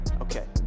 okay